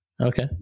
Okay